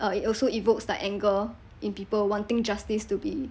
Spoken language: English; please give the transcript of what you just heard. uh it also evokes like anger in people wanting justice to be